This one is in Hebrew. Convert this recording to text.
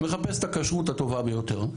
מחפש את הכשרות הטובה ביותר.